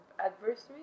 adversaries